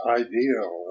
ideal